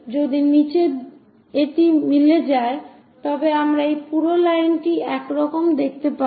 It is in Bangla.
যদি নীচে এটি মিলে যায় তবে আমরা এই পুরো লাইনটিকে এইরকম দেখতে পাই